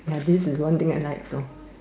ya this is one thing I like also